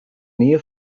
nähe